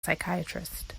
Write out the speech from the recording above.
psychiatrist